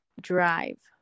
Drive